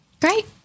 Great